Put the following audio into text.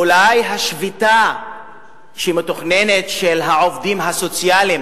אולי השביתה המתוכננת של העובדים הסוציאליים,